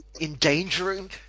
endangering